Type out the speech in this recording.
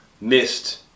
missed